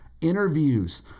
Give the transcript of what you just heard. interviews